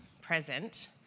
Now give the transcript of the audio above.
present